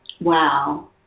Wow